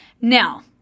Now